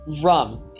rum